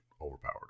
overpowered